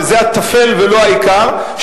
וזה הטפל ולא העיקר,